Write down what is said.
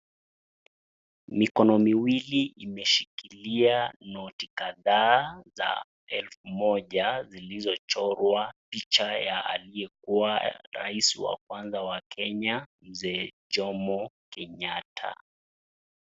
Mikono miwili imeshikilia noti kadhaa za elfu moja zilizochorwa picha ya aliyekuwa rais wa kwanza wa Kenya Mzee Jomo Kenyatta.